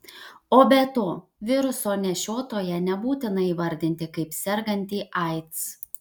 o be to viruso nešiotoją nebūtina įvardinti kaip sergantį aids